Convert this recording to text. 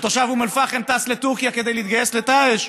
כשתושב אום אל-פחם טס לטורקיה כדי להתגייס לדאעש,